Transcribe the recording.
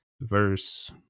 verse